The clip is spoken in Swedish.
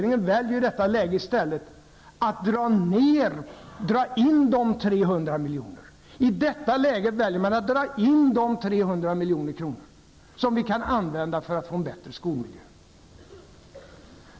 I detta läge väljer regeringen emellertid i stället att dra in de 300 milj.kr. som vi kan använda för att få en bättre skolmiljö.